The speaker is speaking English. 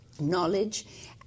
knowledge